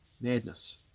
Madness